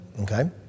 okay